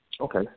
Okay